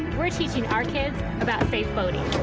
we're teaching our kids about safe boating.